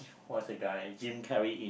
what's the guy Jim-Carrey in